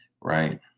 right